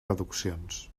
reduccions